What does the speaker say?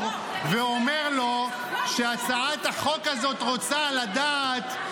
ואומר לו שהצעת החוק הזאת רוצה לדעת,